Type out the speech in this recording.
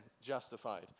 justified